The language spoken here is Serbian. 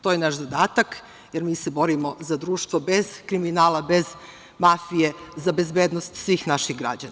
To je naš zadatak jer mi se borimo za društvo bez kriminala, bez mafije, za bezbednost svih naših građana.